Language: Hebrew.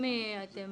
אם אתם